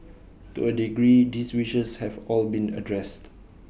to A degree these wishes have all been addressed